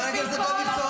חבר הכנסת דוידסון.